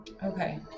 Okay